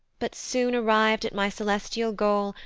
but, soon arriv'd at my celestial goal,